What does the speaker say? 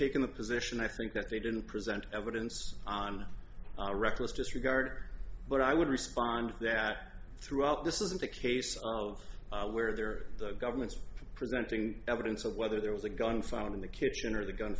taken the position i think that they didn't present evidence on reckless disregard but i would respond that throughout this isn't a case of where they're the government's presenting evidence of whether there was a gun found in the kitchen or the gun